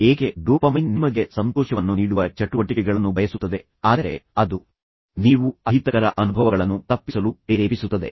ಏಕೆ ಡೋಪಮೈನ್ ನಿಮಗೆ ಸಂತೋಷವನ್ನು ನೀಡುವ ಚಟುವಟಿಕೆಗಳನ್ನು ಬಯಸುತ್ತದೆ ಆದರೆ ಅದು ನೀವು ಅಹಿತಕರ ಅನುಭವಗಳನ್ನು ತಪ್ಪಿಸಲು ಪ್ರೇರೇಪಿಸುತ್ತದೆ